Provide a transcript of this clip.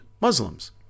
Muslims